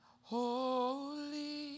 holy